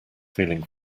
feeling